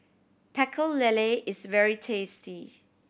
Pecel Lele is very tasty